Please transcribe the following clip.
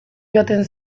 joaten